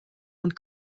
und